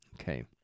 Okay